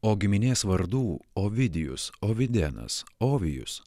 o giminės vardų ovidijus ovidenas ovijus